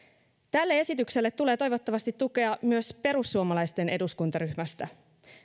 tälle esitykselle tulee toivottavasti tukea myös perussuomalaisten eduskuntaryhmästä